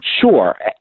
sure